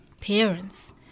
parents